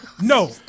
No